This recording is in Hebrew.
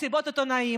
מסיבות עיתונאים,